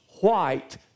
white